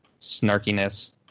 snarkiness